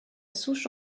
souche